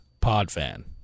PodFan